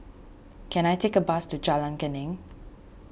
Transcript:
can I take a bus to Jalan Geneng